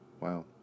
Wow